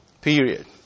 Period